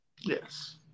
Yes